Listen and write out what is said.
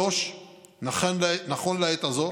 3. נכון לעת הזאת